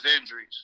injuries